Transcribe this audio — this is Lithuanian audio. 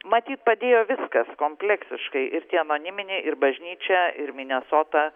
matyt padėjo viskas kompleksiškai ir tie anoniminiai ir bažnyčia ir minesota